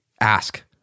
ask